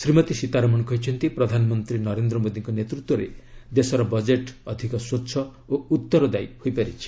ଶ୍ରୀମତୀ ସୀତାରମଣ କହିଛନ୍ତି ପ୍ରଧାନମନ୍ତ୍ରୀ ନରେନ୍ଦ୍ର ମୋଦୀଙ୍କ ନେତୃତ୍ୱରେ ଦେଶର ବଜେଟ୍ ଅଧିକ ସ୍ୱଚ୍ଛ ଓ ଉତ୍ତରଦାୟୀ ହୋଇପାରିଛି